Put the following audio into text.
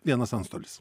vienas antstolis